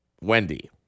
wendy